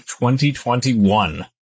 2021